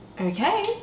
okay